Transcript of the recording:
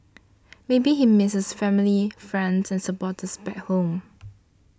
maybe he misses his family friends and supporters back home